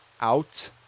out